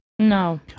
No